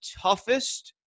toughest